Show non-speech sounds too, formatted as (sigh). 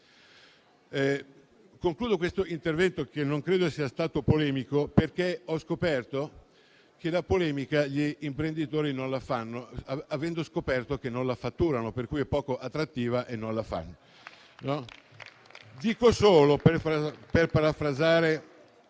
Concludo questo intervento, che non credo sia stato polemico, perché ho scoperto che la polemica gli imprenditori non la fanno, avendo scoperto che non la fatturano, per cui è poco attrattiva. (applause) Per parafrasare